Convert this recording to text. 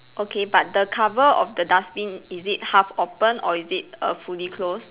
okay but the cover of the dustbin is it half open or is it err fully close